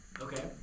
Okay